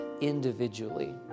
individually